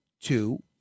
two